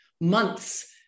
months